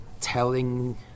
telling